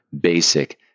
basic